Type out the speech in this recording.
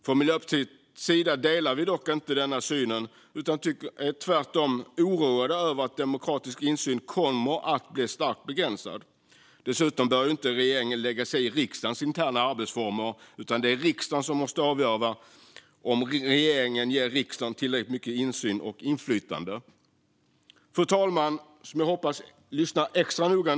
Från Miljöpartiets sida delar vi inte den synen utan är tvärtom oroade över att den demokratiska insynen kommer att bli starkt begränsad. Dessutom bör regeringen inte lägga sig i riksdagens interna arbetsformer, utan det är riksdagen som måste avgöra om regeringen ger riksdagen tillräckligt mycket insyn och inflytande. Nu hoppas jag att fru talmannen lyssnar extra noga.